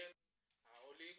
העולים,